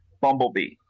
Bumblebee